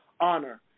honor